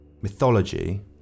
Mythology